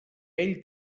ell